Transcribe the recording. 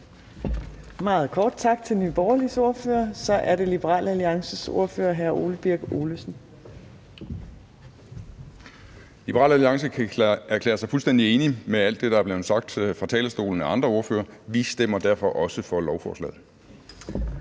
Meget kort, tak til Nye Borgerliges ordfører. Så er det Liberal Alliances ordfører, hr. Ole Birk Olesen. Kl. 14:39 (Ordfører) Ole Birk Olesen (LA): Liberal Alliance kan erklære sig fuldstændig enig i alt det, der er blevet sagt fra talerstolen af andre ordførere. Vi stemmer derfor også for lovforslaget.